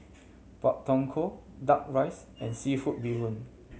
Pak Thong Ko Duck Rice and seafood bee hoon